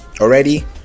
already